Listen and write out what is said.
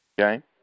Okay